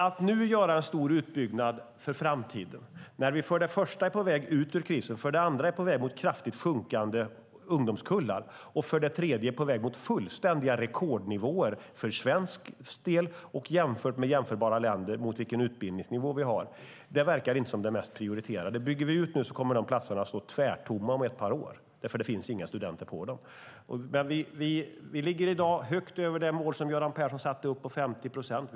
Att nu göra en stor utbyggnad för framtiden, när vi för det första är på väg ut ur krisen, för det andra är på väg mot kraftigt sjunkande ungdomskullar och för det tredje är på väg mot fullständiga rekordnivåer när det gäller utbildningsnivåer både för svensk del och i jämförelse med jämförbara länder, är inte det mest prioriterade. Om vi bygger ut nu kommer de platserna att stå tomma om ett par år, för det finns inga studenter. Vi ligger i dag högt över det mål om 50 procent som Göran Persson ställde upp.